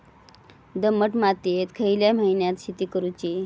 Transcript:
दमट मातयेत खयल्या महिन्यात शेती करुची?